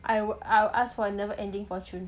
I will I will ask for a never ending fortune